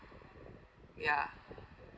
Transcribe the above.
ya